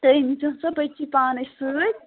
تُہۍ أنۍزِہون سۄ بچی پانَے سۭتۍ